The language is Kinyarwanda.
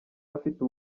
afite